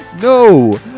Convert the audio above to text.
No